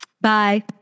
Bye